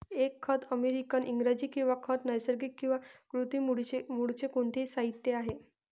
एक खत अमेरिकन इंग्रजी किंवा खत नैसर्गिक किंवा कृत्रिम मूळचे कोणतेही साहित्य आहे